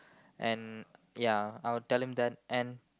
and ya I would tell them that and